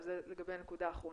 אבל זה לגבי הנקודה האחרונה.